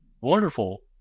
wonderful